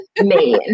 man